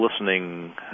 listening